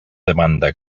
demanda